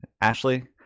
Ashley